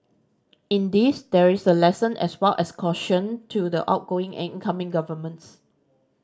in this there is a lesson as well as a caution to the outgoing and incoming governments